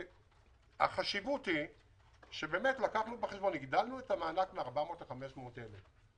הגדלנו את המענק מ-400,000 ל-500,000,